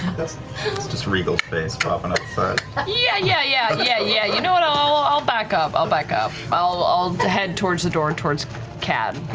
just riegel's face popping up. marisha yeah, yeah, yeah, yeah, yeah, yeah, you know what, i'll back up, i'll back up. i'll head towards the door, and towards cad.